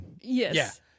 Yes